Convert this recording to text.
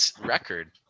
record